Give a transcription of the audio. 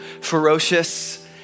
ferocious